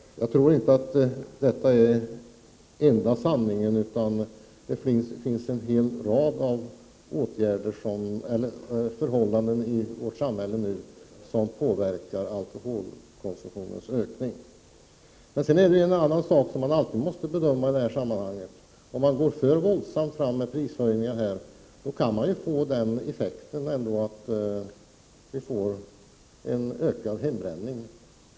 Men jag tror inte att detta är den enda sanningen, utan det finns en rad förhållanden i vårt samhälle som påverkar alkoholkonsumtionens ökning. Sedan är det en annan sak som man alltid måste bedöma i detta sammanhang: Om man går för våldsamt fram med prishöjningar, kan effekten bli att vi får en ökad hembränning.